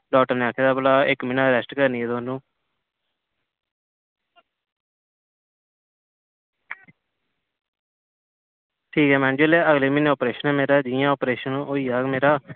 doctor ने आक्खे दा हा भला इक म्हीना रैस्ट करनी ऐ तोहानूं ठीक ऐ मैडम जी अगल म्हीनें अप्रेशन ऐ मेरा जियां अप्रेशन होई जाग मेरा